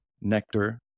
Nectar